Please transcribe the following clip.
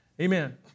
Amen